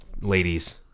ladies